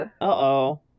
Uh-oh